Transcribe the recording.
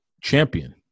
champion